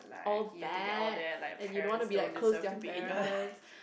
all bad and you don't want to be like close to your parents